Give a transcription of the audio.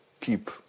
Keep